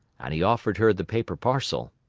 and he offered her the paper parcel.